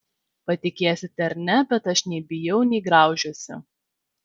patikėsite ar ne bet aš nei bijau nei graužiuosi